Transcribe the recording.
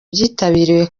byitabiriwe